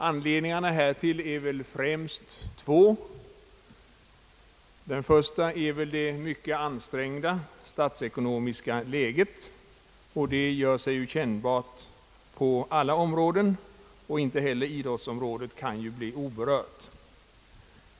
Anledningarna härtill torde främst vara två. Den första är väl det mycket ansträngda statsekonomiska läget, som gör sig kännbart på alla områden — inte heller idrottsområdet kan bli oberört.